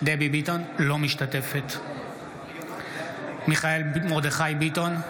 אינה משתתפת בהצבעה מיכאל מרדכי ביטון,